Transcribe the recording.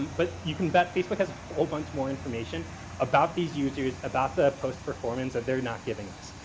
but you can bet facebook has a whole bunch more information about these users, about the post performance that they're not giving us.